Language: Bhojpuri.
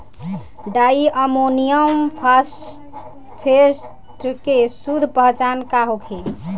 डाइ अमोनियम फास्फेट के शुद्ध पहचान का होखे?